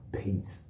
peace